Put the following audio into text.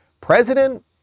president